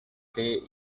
day